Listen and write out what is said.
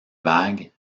vagues